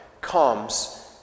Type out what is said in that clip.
comes